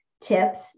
tips